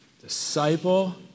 disciple